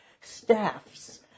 staffs